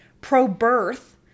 pro-birth